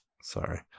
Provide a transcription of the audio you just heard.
Sorry